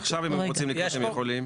עכשיו אם הם רוצים לקנות, הם יכולים?